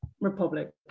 republic